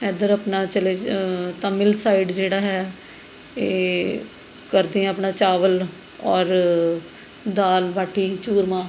ਇੱਧਰ ਆਪਣਾ ਚਲੇ ਜ ਤਾਮਿਲ ਸਾਈਡ ਜਿਹੜਾ ਹੈ ਇਹ ਕਰਦੇ ਹੈ ਆਪਣਾ ਚਾਵਲ ਔਰ ਦਾਲ ਬਾਟੀ ਚੂਰਮਾ